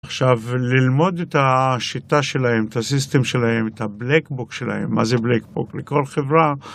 עכשיו ללמוד את השיטה שלהם, את הסיסטם שלהם, את הבלייקבוק שלהם, מה זה בלייקבוק? לכל חברה.